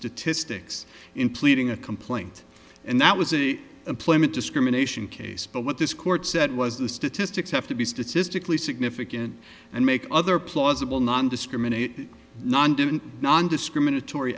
statistics in pleading a complaint and that was an employment discrimination case but what this court said was the statistics have to be statistically significant and make other plausible non discriminating non discriminatory